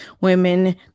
women